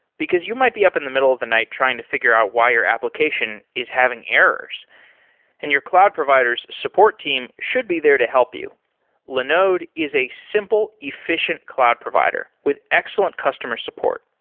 because you might be up in the middle of the night trying to figure out why your application is having errors and your cloud provider s support team team should be there to help you linode is a simple, efficient cloud provider with excellent customer support.